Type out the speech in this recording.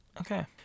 Okay